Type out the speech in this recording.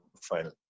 final